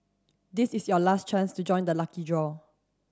this is your last chance to join the lucky draw